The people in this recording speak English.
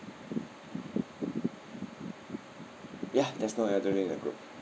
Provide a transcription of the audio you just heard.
ya there's no elderly in the group